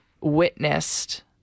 witnessed